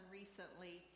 recently